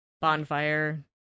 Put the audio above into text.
bonfire